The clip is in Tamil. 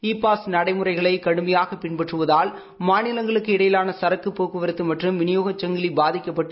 இ பாஸ் நடடமுறைகளை கடுமையாக பின்பற்றுவதால் மாநிலங்களுக்கு இடையிலான சரக்குப் போக்குவரத்து மற்றும் விநியோகச் சங்கிலி பாதிக்கப்பட்டு